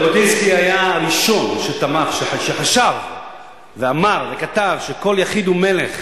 ז'בוטינסקי היה הראשון שחשב ואמר וכתב שכל יחיד הוא מלך,